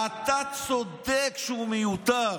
אתה צודק שהוא מיותר.